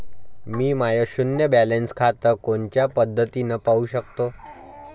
मी माय शुन्य बॅलन्स खातं कोनच्या पद्धतीनं पाहू शकतो?